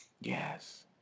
Yes